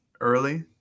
early